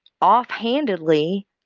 offhandedly